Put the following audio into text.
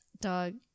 dog